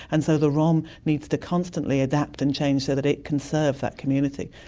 and so the rom needs to constantly adapt and change so that it can serve that community.